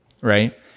Right